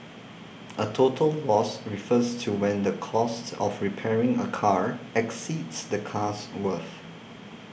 a total loss refers to when the cost of repairing a car exceeds the car's worth